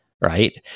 right